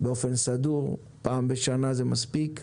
באופן סדור, פעם בשנה זה מספיק.